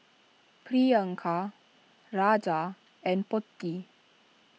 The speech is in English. Priyanka Raja and Potti